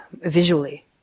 visually